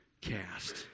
cast